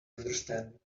understanding